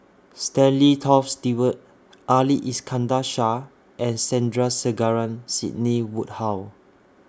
Stanley Toft Stewart Ali Iskandar Shah and Sandrasegaran Sidney Woodhull